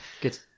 Good